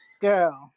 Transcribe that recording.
girl